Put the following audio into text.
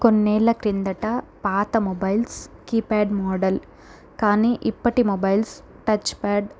కొన్నేళ్ళ క్రిందట పాత mobiles keypad model కానీ ఇప్పటి మొబైల్స్ టచ్ ప్యాడ్